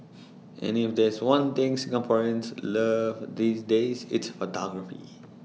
and if there's one thing Singaporeans love these days it's photography